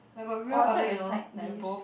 but got people order you know like both